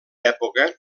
època